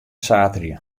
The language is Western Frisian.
saterdei